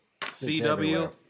CW